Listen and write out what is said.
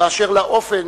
באשר לאופן